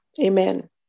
amen